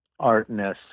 artness